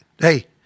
Hey